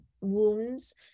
wounds